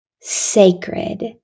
sacred